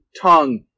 tongue